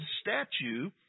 statue